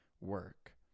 work